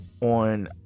on